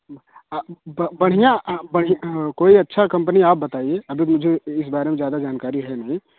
बढिया कोई अच्छा कंपनी आप बताइए अभी मुझे इस बारे में ज़्यादा जानकारी है नहीं